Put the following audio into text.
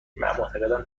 معتقدم